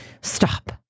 Stop